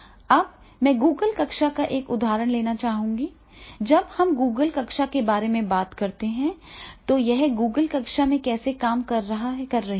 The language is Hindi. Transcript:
अब मैं Google कक्षा का एक उदाहरण लेना चाहूंगा जब हम Google कक्षा के बारे में बात करते हैं तो यह Google कक्षा कैसे काम कर रही है